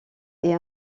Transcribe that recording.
est